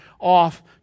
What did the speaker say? off